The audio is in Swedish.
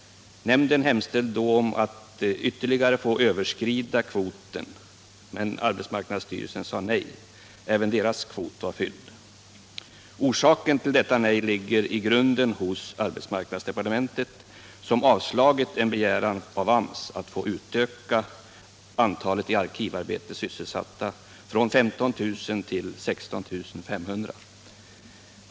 Nämnden hemställde då om att få överskrida kvoten ytterligare. Arbetsmarknadsstyrelsen sade nej. Även styrelsens kvot var fylld. Orsaken till detta nej ligger i grunden hos arbetsmarknadsdepartementet som avslagit en begäran av AMS att få utöka antalet i arkivarbete sysselsatta från 15 000 till 16 500.